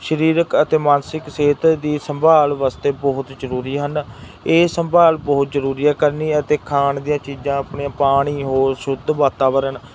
ਸਰੀਰਕ ਅਤੇ ਮਾਨਸਿਕ ਸਿਹਤ ਦੀ ਸੰਭਾਲ ਵਾਸਤੇ ਬਹੁਤ ਜ਼ਰੂਰੀ ਹਨ ਇਹ ਸੰਭਾਲ ਬਹੁਤ ਜ਼ਰੂਰੀ ਆ ਕਰਨੀ ਅਤੇ ਖਾਣ ਦੀਆਂ ਚੀਜ਼ਾਂ ਆਪਣੀਆਂ ਪਾਣੀ ਹੋਰ ਸ਼ੁੱਧ ਵਾਤਾਵਰਨ